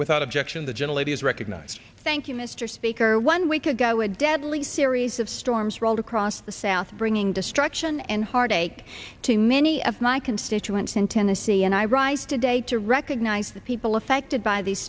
without objection the gentle it is recognized thank you mr speaker one week ago a deadly series of storms rolled across the south bringing destruction and heartache to many of my constituents in tennessee and i rise today to recognize the people affected by the